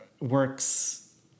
works